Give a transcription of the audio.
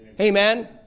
Amen